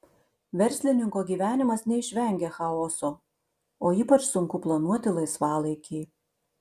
verslininko gyvenimas neišvengia chaoso o ypač sunku planuoti laisvalaikį